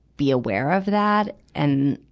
be aware of that. and,